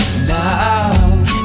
now